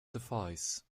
suffice